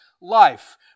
life